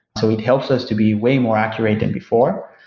so it helps us to be way more accurate than before.